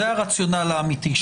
זה הרציונל האמיתי.